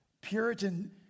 Puritan